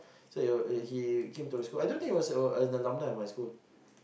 so he came into my school I don't think he was an alumni